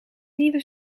nieuwe